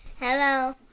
Hello